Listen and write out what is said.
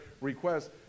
request